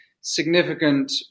significant